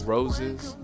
Roses